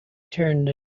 turned